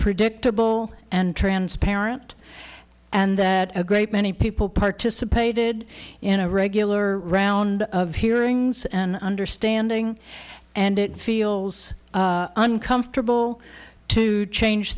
predictable and transparent and a great many people participated in a regular round of hearings and understanding and it feels uncomfortable to change